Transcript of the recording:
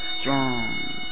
strong